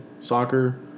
soccer